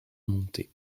montée